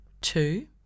two